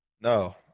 No